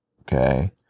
Okay